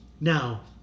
now